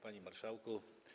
Panie Marszałku!